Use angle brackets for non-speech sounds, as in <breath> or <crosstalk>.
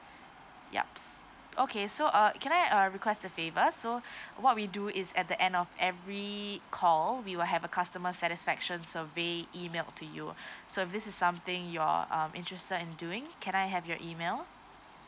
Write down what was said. yup okay so uh can I uh request a favour so <breath> what we do is at the end of every call we will have a customer satisfaction survey email to you <breath> so this is something you're um interested in doing can I have your email